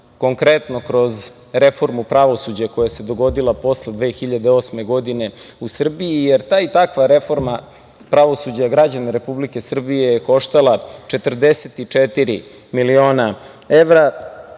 konkretno kroz reformu pravosuđa koja se dogodila posle 2008. godine, u Srbiji. Jer, ta i takva reforma pravosuđa građana Republike Srbije je koštala 44 miliona evra. Jedno